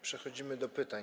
Przechodzimy do pytań.